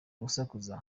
gusakuza